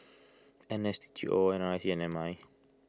N S G O N R I C and M I